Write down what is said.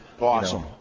awesome